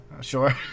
Sure